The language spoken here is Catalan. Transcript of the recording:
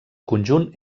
conjunt